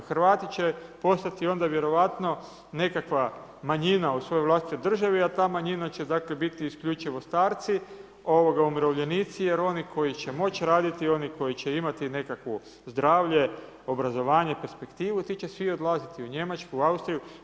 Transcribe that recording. Hrvati će postati onda vjerojatno nekakva manjina u svojoj vlastitoj državi, a ta manjina će dakle biti isključivo starci, umirovljenici jer oni koji će moći raditi, oni koji će imati nekakvo zdravlje, obrazovanje, perspektivu, ti će svi odlaziti u Njemačku, Austriju.